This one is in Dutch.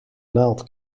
naald